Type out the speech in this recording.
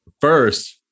first